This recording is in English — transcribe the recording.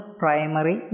primary